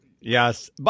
yes